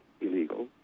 illegal